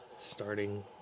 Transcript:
starting